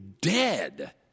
dead